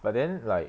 but then like